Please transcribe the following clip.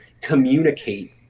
communicate